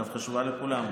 חשובה לכולם,